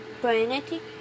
planet